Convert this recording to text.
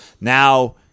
now